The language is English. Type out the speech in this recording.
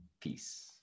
peace